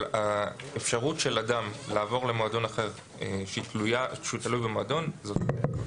אבל האפשרות של אדם לעבור למועדון אחר כשהוא תלוי במועדון - זאת בעיה.